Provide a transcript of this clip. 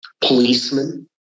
policemen